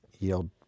yield